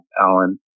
Alan